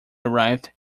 arrived